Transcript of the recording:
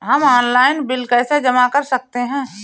हम online bill कैसे जमा कर सकते हैं?